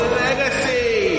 legacy